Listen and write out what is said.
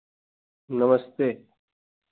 नमस्ते